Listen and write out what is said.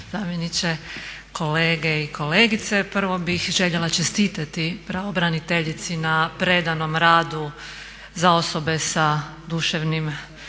zamjeničke, kolege i kolegice. Prvo bih željela čestitati pravobraniteljici na predanom radu za osobe sa duševnim